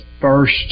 first